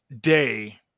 day